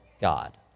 God